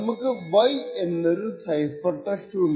നമുക്ക് y എന്നൊരു cipher text ഉണ്ട്